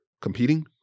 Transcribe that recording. competing